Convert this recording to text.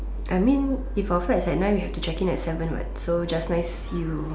I mean if our flight's at nine we have to check in at seven what so just nice you